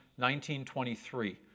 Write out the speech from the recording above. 1923